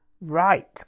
Right